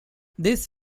this